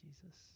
Jesus